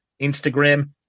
Instagram